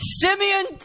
Simeon